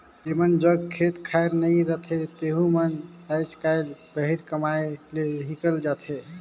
जेमन जग खेत खाएर नी रहें तेहू मन आएज काएल बाहिरे कमाए ले हिकेल जाथें